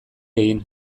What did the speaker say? egin